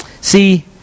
See